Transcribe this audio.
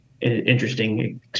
interesting